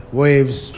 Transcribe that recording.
waves